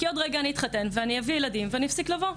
כי עוד רגע אני אתחתן ואני אביא ילדים ואני אפסיק לבוא.